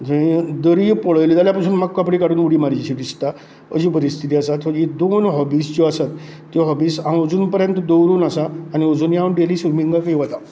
दर्यो पळयलो जाल्यार पसून म्हाका कपडे काडून उडी मारूशी दिसता अशी परिस्थीती आसा ह्यो दोन हाॅबीज ज्यो आसात त्यो आजून पर्यंत हांव दवरून आसा आनी अजुनूय हांव डेली स्विमींगाकूय वतां